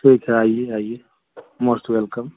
ठीक है आइए आइए मोस्ट वेलकम